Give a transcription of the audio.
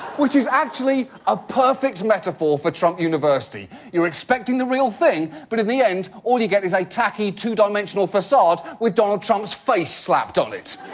which is actually a perfect metaphor for trump university. you're expecting the real thing, but in the end, all you get is a tacky, two-dimensional facade with donald trump's face slapped on it.